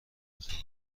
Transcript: خیزران